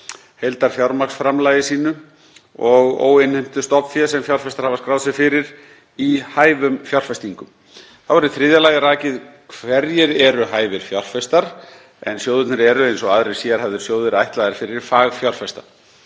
heildarfjármagnsframlagi sínu og óinnheimtu stofnfé sem fjárfestar hafa skráð sig fyrir, í hæfum fjárfestingum. Þá er í þriðja lagi rakið hverjir eru hæfir fjárfestar, en sjóðirnir eru eins og aðrir sérhæfðir sjóðir ætlaðir fyrir fagfjárfesta.